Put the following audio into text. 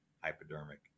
hypodermic